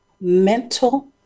mental